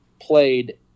played